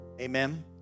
Amen